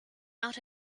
out